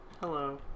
Hello